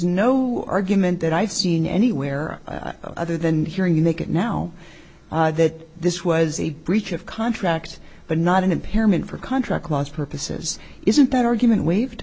no argument that i've seen anywhere other than hearing you make it now that this was a breach of contract but not an impairment for contract clause purposes isn't that argument waived